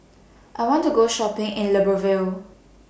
I want to Go Shopping in Libreville